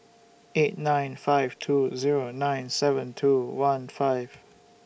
eight nine five two Zero nine seven two one five